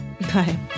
Bye